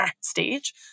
stage